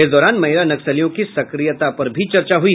इस दौरान महिला नक्सलियों की सक्रियता पर भी चर्चा हुई